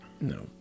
No